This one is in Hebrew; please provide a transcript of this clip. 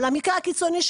על המקרה הקיצוני,